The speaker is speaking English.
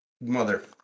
mother